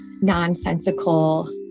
nonsensical